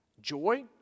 joy